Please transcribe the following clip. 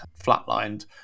flatlined